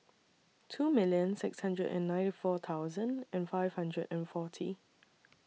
two million six hundred and ninety four thousand and five hundred and forty